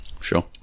Sure